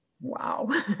Wow